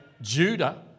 Judah